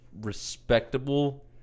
respectable